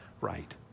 right